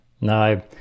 no